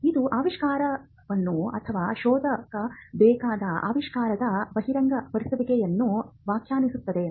ಇದು ಆವಿಷ್ಕಾರವನ್ನು ಅಥವಾ ಶೋಧಿಸಬೇಕಾದ ಆವಿಷ್ಕಾರದ ಬಹಿರಂಗಪಡಿಸುವಿಕೆಯನ್ನು ವ್ಯಾಖ್ಯಾನಿಸುತ್ತದೆ